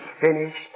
finished